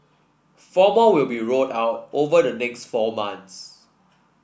four more will be rolled out over the next four months